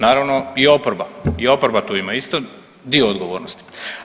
Naravno i oporba, i oporba tu ima isto dio odgovornosti.